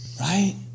right